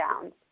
downs